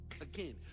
Again